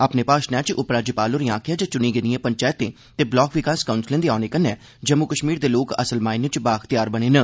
अपने भाशण च उपराज्यपाल होरें आखेआ जे चुनी गेदिएं पंचैतें ते ब्लाक विकास काउंसलें दे औने कन्नै जम्मू कष्मीर दे लोक असल मायनें च बा अख्तियार बने न